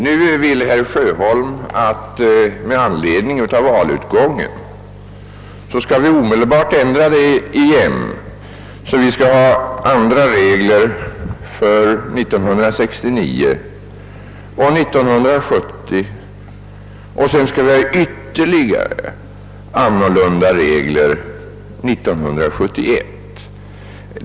Nu vill herr Sjöholm att vi med anledning av valutgången omedelbart skall ändra reglerna för partistödet, så att andra sådana skall gälla för 1969 och 1970. Därefter skall ytterligare ändrade regler gälla år 1971.